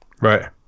Right